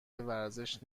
ورزش